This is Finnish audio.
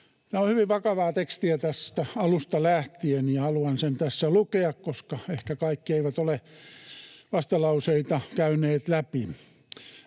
Tämä on hyvin vakavaa tekstiä tästä alusta lähtien, ja haluan sen tässä lukea, koska ehkä kaikki eivät ole vastalauseita käyneet läpi.